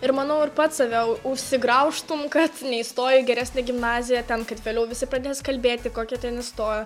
ir manau ir pats save užsigraužtum kad neįstojai į geresnę gimnaziją ten kad vėliau visi pradės kalbėt į kokią ten įstojo